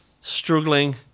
struggling